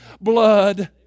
blood